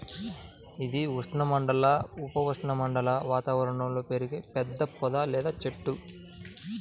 ఇది ఉష్ణమండల, ఉప ఉష్ణమండల వాతావరణంలో పెరిగే పెద్ద పొద లేదా చెట్టు